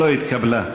לא התקבלה.